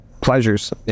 pleasures